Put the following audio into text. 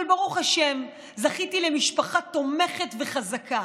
אבל ברוך השם זכיתי למשפחה תומכת וחזקה,